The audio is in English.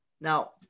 Now